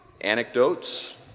anecdotes